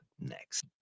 next